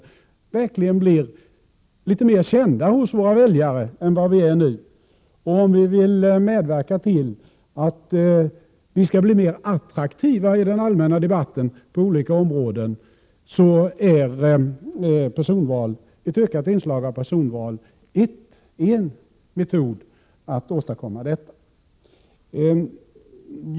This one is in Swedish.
Om vi vill medverka till att vi blir litet mer kända hos våra väljare än vi är i dag och till att vi skall bli mer attraktiva i den allmänna debatten på olika områden, är ett ökat inslag av personval en metod att åstadkomma detta.